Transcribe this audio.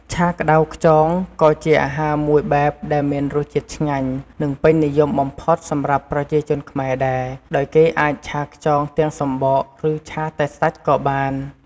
ឆាក្ដៅខ្យង ក៏ជាអាហារមួយបែបដែលមានរសជាតិឆ្ងាញ់ និងពេញនិយមបំផុតសម្រាប់ប្រជាជនខ្មែរដែរ ដោយគេអាចឆាខ្យងទាំងសំបក ឬឆាតែសាច់ក៏បាន។